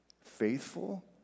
faithful